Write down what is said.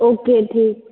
okay ठीक